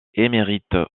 émérite